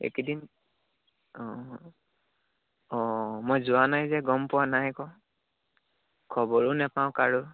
এইেকেইদিন অঁ অঁ অঁ মই যোৱা নাই যে গম পোৱা নাই একো খবৰো নেপাওঁ কাৰো